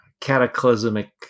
cataclysmic